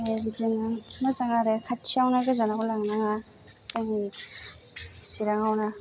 ओमफ्राय बिदिनो मोजां आरो खाथियावनो गोजानाव लांनाङा जोंनि चिरांआवनो